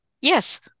yes